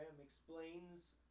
explains